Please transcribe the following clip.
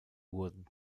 wurden